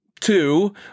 Two